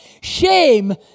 shame